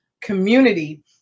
community